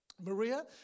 Maria